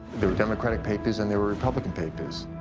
there were democratic papers and there were republican papers.